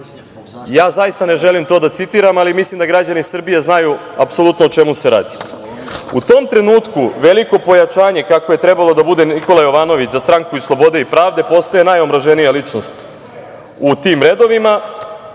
Zaista, ja ne želim to da citiram, ali mislim da građani Srbije znaju o čemu se radi.U tom trenutku veliko pojačanje, kako je trebalo da bude, Nikola Jovanović, za Stranku slobode i pravde postaje najomraženija ličnost u tim redovima.